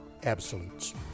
absolutes